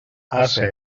ase